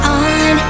on